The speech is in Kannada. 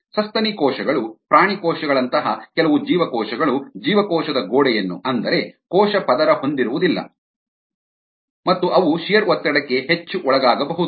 ಸಸ್ತನಿ ಕೋಶಗಳು ಪ್ರಾಣಿ ಕೋಶಗಳಂತಹ ಕೆಲವು ಜೀವಕೋಶಗಳು ಜೀವಕೋಶದ ಗೋಡೆಯನ್ನು ಅಂದರೆ ಕೋಶ ಪದರ ಹೊಂದಿರುವುದಿಲ್ಲ ಮತ್ತು ಅವು ಶಿಯರ್ ಒತ್ತಡಕ್ಕೆ ಹೆಚ್ಚು ಒಳಗಾಗಬಹುದು